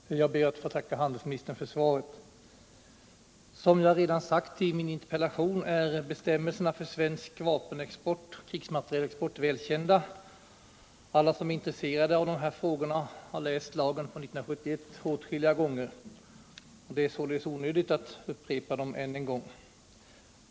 Herr talman! Jag ber att få tacka handelsministern för svaret. Som jag sagt redan i min interpellation är bestämmelserna för svensk krigsmaterielexport väl kända, och alla som är intresserade av de här frågorna har läst lagen av år 1971 åtskilliga gånger. Det är således onödigt att upprepa det hela än en gång.